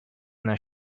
their